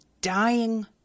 dying